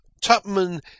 tupman